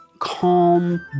calm